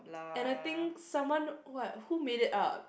and I think someone what who made it up